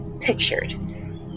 pictured